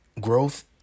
growth